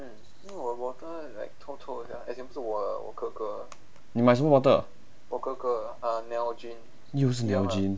你买什么 bottle 又是 nalgene